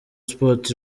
sports